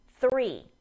Three